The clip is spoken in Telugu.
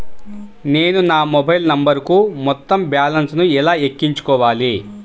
నేను నా మొబైల్ నంబరుకు మొత్తం బాలన్స్ ను ఎలా ఎక్కించుకోవాలి?